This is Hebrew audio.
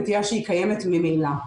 נטייה שהיא קיימת ממילא.